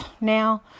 Now